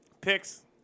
Picks